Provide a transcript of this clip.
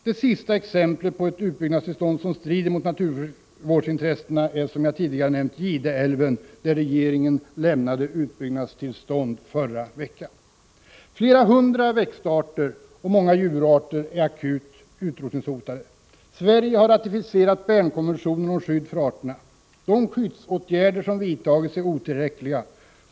Det senaste exemplet på ett utbyggnadstillstånd som strider mot naturvårdsintressena är Gideälven, där regeringen lämnade utbyggnadstillstånd förra veckan. Flera hundra växtarter och många djurarter är akut utrotningshotade. Sverige har ratificerat Bernkonventionen om skydd för arterna. De skyddsåtgärder som vidtagits är otillräckliga.